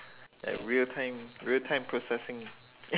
at real time real time processing